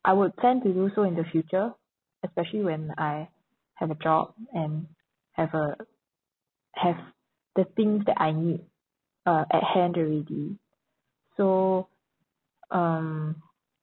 I would plan to do so in the future especially when I have a job and have a have the things that I need uh at hand already so um